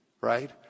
right